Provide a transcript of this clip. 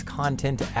content